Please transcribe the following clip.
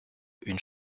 une